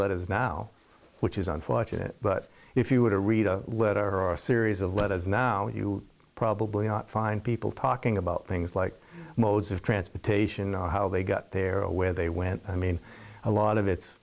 letters now which is unfortunate but if you were to read a letter or a series of letters now you'll probably not find people talking about things like modes of transportation how they got there where they went i mean a lot of it's